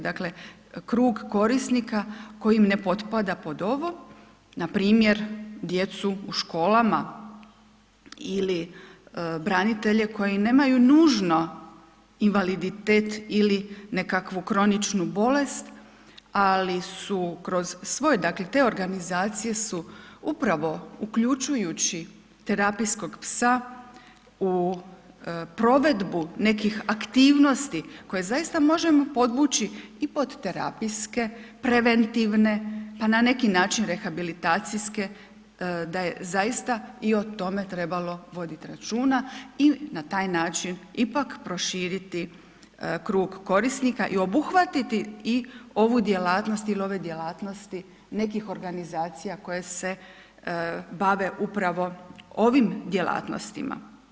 Dakle, krug korisnika koji ne potpada pod ovo npr. djecu u školama ili branitelje koji nemaju nužno invaliditet ili nekakvu kroničnu bolest, ali su kroz svoje, dakle te organizacije su upravo uključujući terapijskog psa u provedbu nekih aktivnosti koje zaista možemo podvući i pod terapijske, preventivne, pa na neki način rehabilitacijske da je zaista i o tome trebalo voditi računa i na taj način ipak proširiti krug korisnika i obuhvatiti i ovu djelatnost il ove djelatnosti nekih organizacija koje se bave upravo ovim djelatnostima.